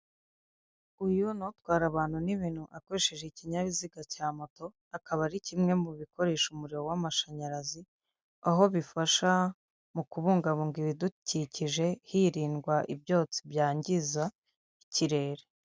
Uyu ni utwara abantu n'ibintu akoresheje ikinyabiziga cya moto, akaba ari kimwe mu bikoresha umuriro w'amashanyarazi, aho bifasha mu kubungabunga ibidukikije hirindwa ibyotsi byangiza ikirere.